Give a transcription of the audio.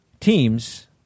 teams